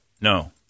No